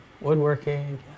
Woodworking